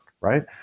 right